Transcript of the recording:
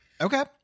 Okay